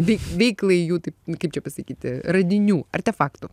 vei veiklai jų taip kaip čia pasakyti radinių artefaktų